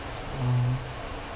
!wow!